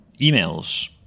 emails